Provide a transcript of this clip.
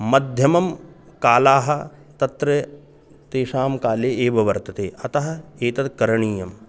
मध्यमं काले तत्र तेषां काले एव वर्तते अतः एतत् करणीयम्